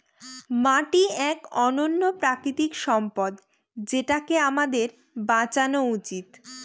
মাটি এক অনন্য প্রাকৃতিক সম্পদ যেটাকে আমাদের বাঁচানো উচিত